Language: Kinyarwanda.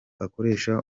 akoresha